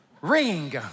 Ring